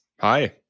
Hi